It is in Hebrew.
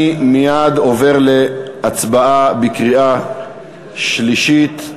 אני מייד עובר להצבעה בקריאה שלישית.